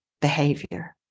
behavior